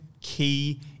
key